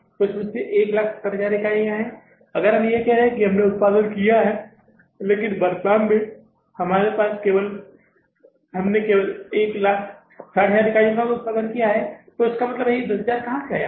तो इसमें से 170000 इकाइयाँ हैं अगर हम कह रहे हैं कि हमने उत्पादन किया है लेकिन वर्तमान अवधि में हमने केवल 160000 इकाइयों का उत्पादन किया है तो इसका मतलब है कि यह 10000 कहाँ से आया है